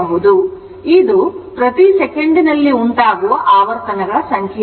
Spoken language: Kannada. ಆದ್ದರಿಂದ ಇದು ಪ್ರತಿ ಸೆಕೆಂಡಿನಲ್ಲಿ ಉಂಟಾಗುವ ಆವರ್ತನಗಳ ಸಂಖ್ಯೆಯಾಗಿದೆ